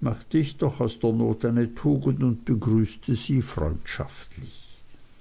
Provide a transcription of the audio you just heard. machte ich doch aus der not eine tugend und begrüßte sie freundschaftlich